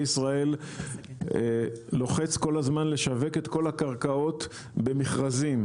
ישראל לוחץ כל הזמן לשווק את כל הקרקעות במכרזים,